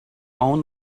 own